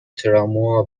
تراموا